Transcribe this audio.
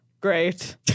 great